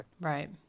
Right